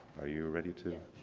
are you ready to